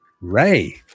Ray